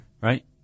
right